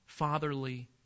fatherly